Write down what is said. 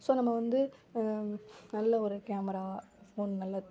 so நம்ம வந்து நல்ல ஒரு கேமரா ஃபோன் நல்ல